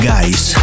Guys